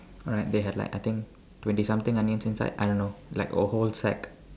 alright they had like I think twenty something onions inside I don't know like a whole sack